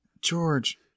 George